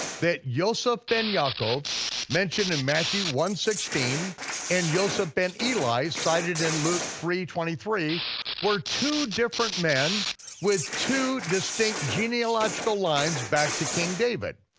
that yoseph ben yaakov mentioned in matthew one sixteen and yoseph ben eli sighted in luke three twenty three were two different men with two distinct genealogical lines back to king david,